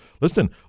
Listen